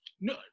no